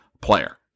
player